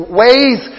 ways